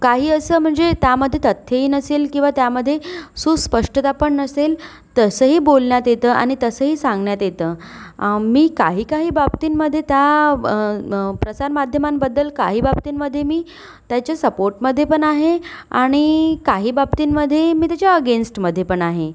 काही असं म्हणजे त्यामध्ये तथ्यही नसेल किंवा त्यामध्ये सुस्पष्टता पण नसेल तसंही बोलण्यात येतं आणि तसंही सांगण्यात येतं मी काही काही बाबतींमधे त्या प्रसारमाध्यमांबद्दल काही बाबतींमध्ये मी त्याच्या सपोर्टमध्ये पण आहे आणि काही बाबतींमध्ये मी त्याच्या अगेन्स्टमध्ये पण आहे